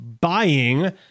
buying